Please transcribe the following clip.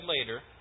later